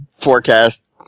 forecast